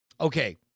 Okay